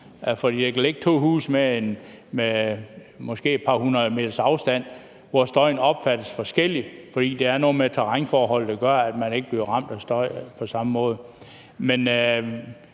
kan ligge to huse med måske et par hundrede meters afstand, hvor støjen opfattes forskelligt, fordi der er noget med terrænforhold, der gør, at man ikke bliver ramt af støj på samme måde.